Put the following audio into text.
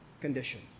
condition